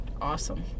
Awesome